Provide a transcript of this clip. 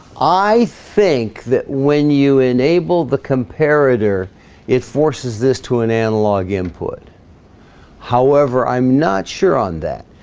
i think that when you enable the comparator it forces this to an analog input however, i'm not sure on that